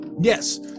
Yes